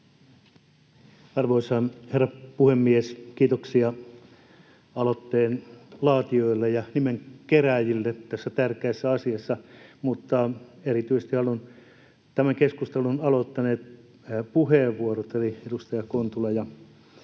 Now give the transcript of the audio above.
Arvoisa herra puhemies! Kiitoksia aloitteen laatijoille ja nimenkerääjille tässä tärkeässä asiassa, mutta erityisesti haluan mainita tämän keskustelun aloittaneet puheenvuorot eli edustajien Kontula ja